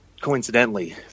coincidentally